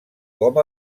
com